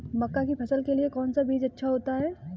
मक्का की फसल के लिए कौन सा बीज अच्छा होता है?